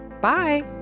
Bye